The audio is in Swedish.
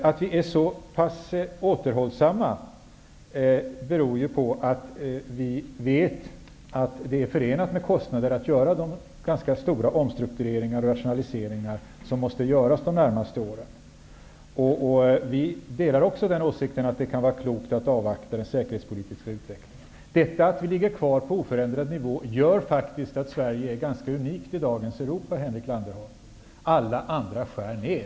Att vi är så återhållsamma beror på att vi vet att det är förenat med kostnader att genomföra de ganska stora omstruktureringar och rationaliseringar som måste göras de närmaste åren. Vi delar också åsikten att det kan vara klokt att avvakta den säkerhetspolitiska utvecklingen. Att vårt land ligger kvar på oförändrad nivå gör faktiskt att Sverige är nästan unikt i dagens Europa, Henrik Landerholm. Alla andra skär ned.